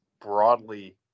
broadly